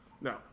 No